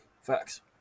Facts